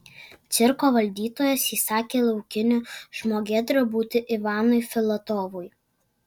cirko valdytojas įsakė laukiniu žmogėdra būti ivanui filatovui